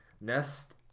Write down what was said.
nest